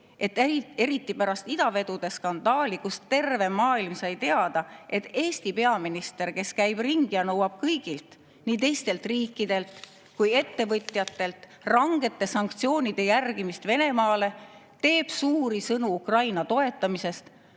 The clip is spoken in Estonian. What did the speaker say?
see, et pärast idavedude skandaali sai terve maailm teada, et kuigi Eesti peaminister käib ringi ja nõuab kõigilt, nii teistelt riikidelt kui ka ettevõtjatelt rangete sanktsioonide järgimist Venemaale, teeb suuri sõnu Ukraina toetamisest,